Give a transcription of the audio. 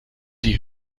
die